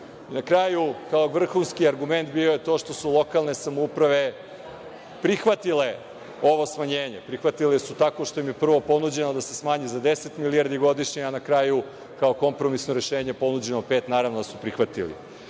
Na kraju, kao vrhunski argument bilo je to što su lokalne samouprave prihvatile ovo smanjenje. Prihvatile su tako što im je prvo ponuđeno da se smanji za 10 milijardi godišnje, a na kraju kao kompromisno rešenje ponuđeno pet. Naravno da su prihvatili. Naše